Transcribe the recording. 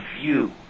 view